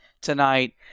tonight